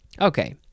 Okay